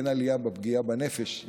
אין עלייה בפגיעה בנפש,